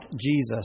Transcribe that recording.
Jesus